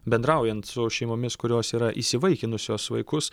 bendraujant su šeimomis kurios yra įsivaikinusios vaikus